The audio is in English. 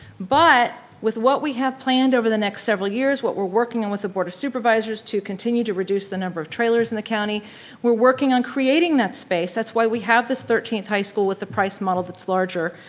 but with what we have planned over the next several years, what we're working on with the board of supervisors to continue to reduce the number of trailers in the county we're working on creating that space that's why we have this thirteenth high school with the price model that's larger.